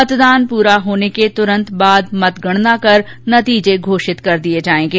मतदान पूरा होने के तुरंत बाद मतगणना कर नतीजे घोषित कर दिये जायेंगे